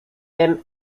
tym